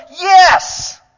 yes